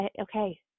okay